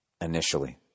initially